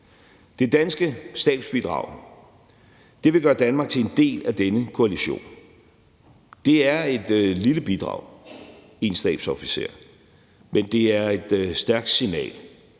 Det danske stabsbidrag vil gøre Danmark til en del af denne koalition. Det er et lille bidrag med en stabsofficer, men det er et stærkt signal,